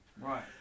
Right